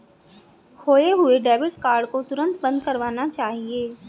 खोये हुए debit card को तुरंत बंद करवाना चाहिए